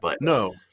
No